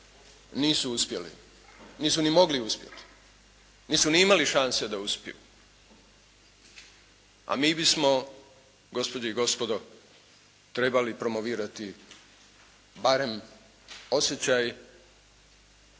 nisu uspjeli, nisu ni mogli uspjeti, nisu ni imali šanse da uspiju. A mi bismo gospođe i gospodo trebali promovirati barem osjećaj